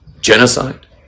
genocide